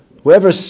whoever